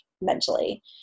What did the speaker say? mentally